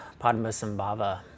Padmasambhava